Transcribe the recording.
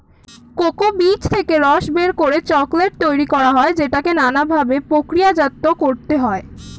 cocoa বীজ থেকে রস বের করে চকোলেট তৈরি করা হয় যেটাকে নানা ভাবে প্রক্রিয়াজাত করতে হয়